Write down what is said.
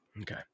Okay